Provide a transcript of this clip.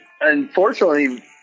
unfortunately